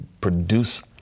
produce